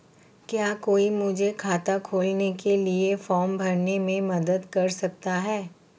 क्या कोई मुझे खाता खोलने के लिए फॉर्म भरने में मदद कर सकता है?